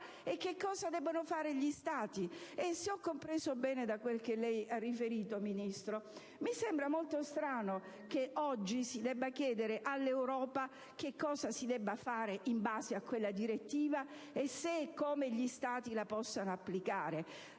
e cosa devono fare gli Stati. Se ho ben compreso da quel che lei ha riferito, signor Ministro, mi sembra molto strano che oggi si debba chiedere all'Europa cosa si debba fare in base a quella direttiva e se e come gli Stati la possono applicare.